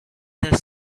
other